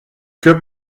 que